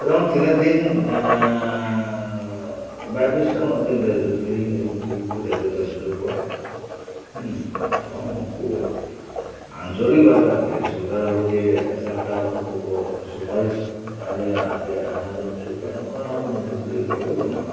ᱮᱵᱚᱝ ᱛᱤᱱᱟᱹ ᱫᱤᱱ ᱵᱟᱭ ᱵᱮᱥ ᱟᱠᱟᱱ ᱩᱱᱟᱹ ᱫᱤᱱᱞᱮ ᱠᱤᱨᱤᱧ ᱟᱹᱜᱩ ᱠᱟᱛᱮ ᱞᱮ ᱡᱚᱢ ᱚᱪᱚ ᱠᱚᱣᱟ ᱮᱵᱚᱝ ᱩᱱᱠᱩ ᱟᱧᱪᱚᱞᱤᱠ ᱵᱷᱟᱵᱮ ᱟᱨᱠᱤ ᱥᱚᱨᱠᱟ ᱡᱮᱵᱷᱟᱵᱮ ᱰᱟᱠᱴᱟᱨ ᱩᱱᱠᱩ ᱠᱚ ᱥᱩᱯᱟᱨᱤᱥ ᱟᱞᱮᱭᱟ ᱦᱟᱱᱟ ᱡᱚᱡ ᱚᱪᱚ ᱠᱚᱯᱮ ᱱᱚᱝᱠᱟᱱᱟᱜ ᱡᱩᱠᱛᱤ ᱫᱚ ᱵᱟᱹᱦᱩᱜᱼᱟ